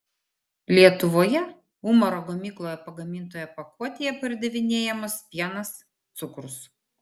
lietuvoje umaro gamykloje pagamintoje pakuotėje pardavinėjamas pienas cukrus